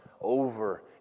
over